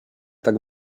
tak